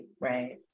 right